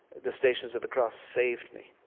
the stations of the cross saved me.